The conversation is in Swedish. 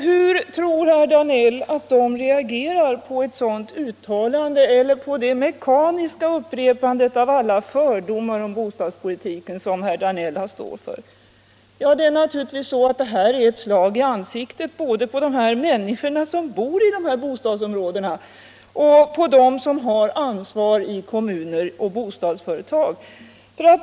Hur tror herr Danell att de människorna reagerar på sådana uttalanden och på det mekaniska upprepandet av alla fördomar i bostadspolitiken som herr Danell här gjorde? Det är naturligtvis ett slag i ansiktet både på de människor som bor i dessa bostadsområden och på dem som har ansvaret i kommuner och bostadsföretag.